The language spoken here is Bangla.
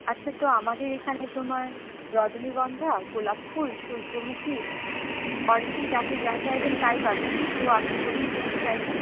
আচ্ছা তো আমাদের এখানে তোমার রজনীগন্ধা গোলাপ ফুল সূর্যমুখী অর্কিড আপনি যা চাইবেন তাই পাবেন তো আপনি বলুন কোনটা চাইছেন